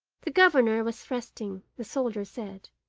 the governor was resting, the soldier said,